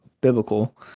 biblical